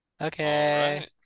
Okay